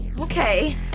Okay